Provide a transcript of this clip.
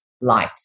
light